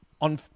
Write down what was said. on